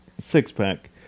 six-pack